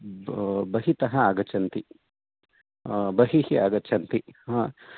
बहितः आगच्छन्ति बहिः आगच्छन्ति